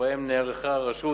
ובהם נערכה הרשות